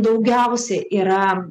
daugiausiai yra